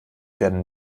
werden